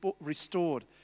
restored